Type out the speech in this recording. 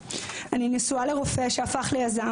אני נשואה לרופא שהפך ליזם,